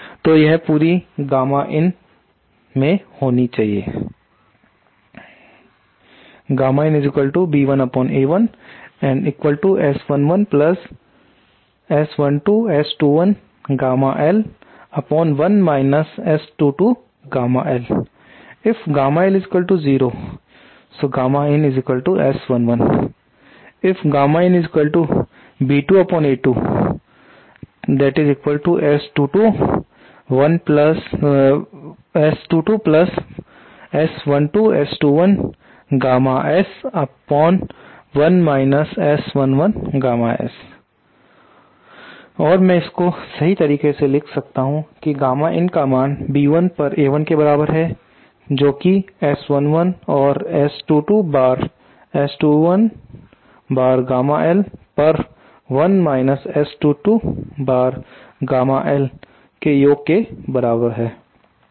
तो यह पूरी गामा in में होनी चाहिए और मैं इसको सही तरह से ऐसे लिख सकता हूं कि गामा in का मान B1 पर A1 के बराबर है जोकि S11 और S12 बार S21 बार गामा L पर 1 माइनस S22 बार गामा L की योग के बराबर होता है